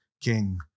king